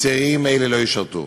וצעירים אלה לא ישרתו.